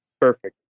perfect